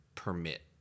permit